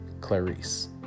Clarice